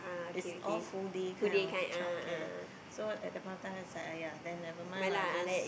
it's all full day kind of child care so at that point of time it's like !aiya! then never mind lah just